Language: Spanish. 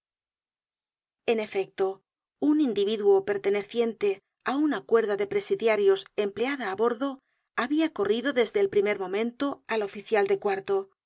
en efecto un individuo perteneciente á una cuerda de presidiarios empleada á bordo habia corrido desde el primer momento al oficial de cuarto